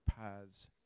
paths